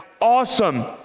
Awesome